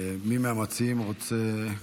ומי מהמציעים רוצה,